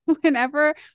whenever